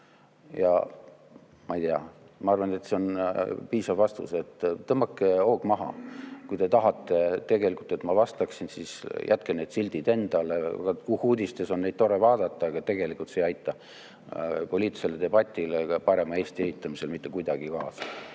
Ja ma ei tea, ma arvan, et see on piisav vastus. Tõmmake hoog maha. Kui te tahate tegelikult, et ma vastaksin, siis jätke need sildid endale: …uudistes on neid tore vaadata, aga tegelikult see ei aita poliitilisele debatile ega parema Eesti ehitamisele mitte kuidagi kaasa.